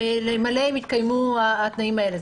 אלמלא יתקיימו התנאים האלה.